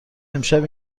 امشب